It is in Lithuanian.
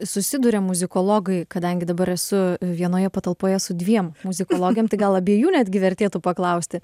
susiduria muzikologai kadangi dabar esu vienoje patalpoje su dviem muzikologėm tai gal abiejų netgi vertėtų paklausti